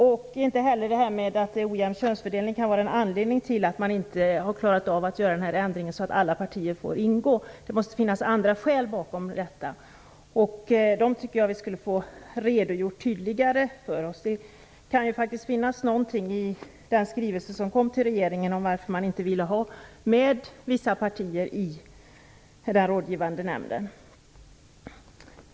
Jag tror inte heller att en ojämn könsfördelning kan ha varit en anledning till att man inte har klarat av att genomföra ändringen att alla partier får ingå i nämnden. Det måste finnas andra skäl bakom detta. Dessa tycker jag att vi borde få tydligare redogjorda för oss. Det kan ju faktiskt finnas någonting i den skrivelse som inkom till regeringen om anledningen till att man inte ville ha med vissa partier i den rådgivande nämnden.